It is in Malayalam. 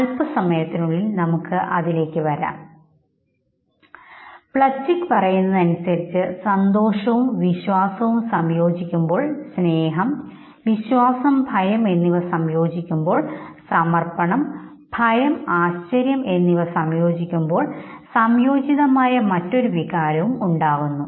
അല്പസമയത്തിനുള്ളിൽ നമുക്ക് അതിലേക്ക് വരാം പ്ലച്ചിക് പറയുന്നത് അനുസരിച്ച് സന്തോഷവും വിശ്വാസവും സംയോജിക്കുമ്പോൾ സ്നേഹം വിശ്വാസം ഭയം എന്നിവ സംയോജിക്കുമ്പോൾ സമർപ്പണം ഭയം ആശ്ചര്യം എന്നിവ സംയോജിക്കുമ്പോൾ സംയോജിതമായ മറ്റൊരു വികാരവും ഉണ്ടാകുന്നു